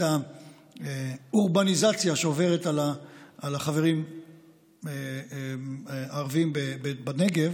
האורבניזציה שעוברת על החברים הערבים בנגב